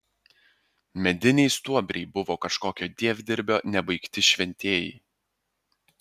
mediniai stuobriai buvo kažkokio dievdirbio nebaigti šventieji